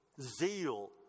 Zeal